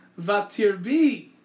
Vatirbi